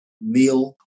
meal